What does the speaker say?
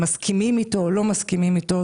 בין אם מסכימים איתו ובין אם לא מסכים איתו,